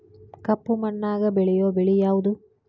ಕಪ್ಪು ಮಣ್ಣಾಗ ಬೆಳೆಯೋ ಬೆಳಿ ಯಾವುದು?